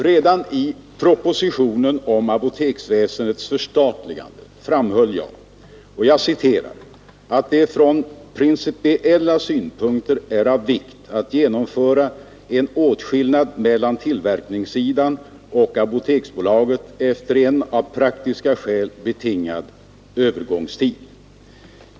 Redan i propositionen om apoteksväsendets förstatligande framhöll jag att det ”från principiella synpunkter är av vikt att genomföra en åtskillnad mellan tillverkningssidan och Apoteksbolaget efter en av praktiska skäl betingad övergångstid”.